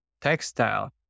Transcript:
textile